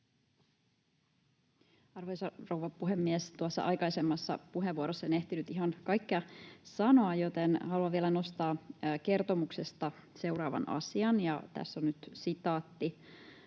Arvoisa rouva puhemies! Aikaisemmassa puheenvuorossani en ehtinyt ihan kaikkea sanoa, joten haluan vielä nostaa kertomuksesta seuraavan asian, ja tässä on nyt sitaatti: